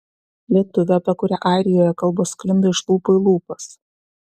lietuvė apie kurią airijoje kalbos sklinda iš lūpų į lūpas